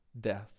death